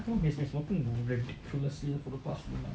it's like smoking ridiculously for the past few months